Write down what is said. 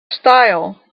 style